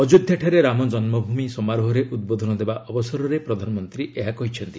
ଅଯୋଧ୍ୟାଠାରେ ରାମ ଜନ୍ମଭୂମି ସମାରୋହରେ ଉଦ୍ବୋଧନ ଦେବା ଅବସରରେ ପ୍ରଧାନମନ୍ତ୍ରୀ ଏହା କହିଛନ୍ତି